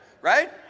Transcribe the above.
Right